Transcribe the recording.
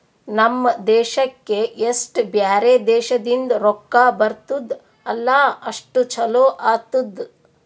ನಮ್ ದೇಶಕ್ಕೆ ಎಸ್ಟ್ ಬ್ಯಾರೆ ದೇಶದಿಂದ್ ರೊಕ್ಕಾ ಬರ್ತುದ್ ಅಲ್ಲಾ ಅಷ್ಟು ಛಲೋ ಆತ್ತುದ್